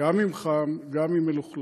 גם אם חם, גם אם מלוכלך.